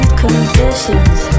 conditions